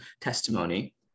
testimony